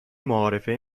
معارفه